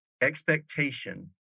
expectation